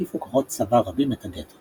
הקיפו כוחות צבא רבים את הגטו.